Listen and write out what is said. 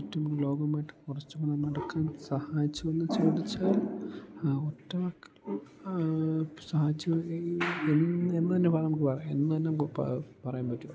ചുറ്റും ലോകവുമായിട്ട് കുറച്ചു നടക്കാൻ സഹായിച്ചോയെന്ന് ചോദിച്ചാൽ ഒറ്റവാക്കിൽ സഹായിച്ചു എന്ന് എന്നുതന്നെ നമുക്ക് പറയാൻ എന്നുതന്നെ നമുക്ക് പറയാൻ പറ്റും